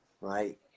right